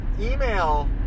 email